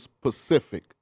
Pacific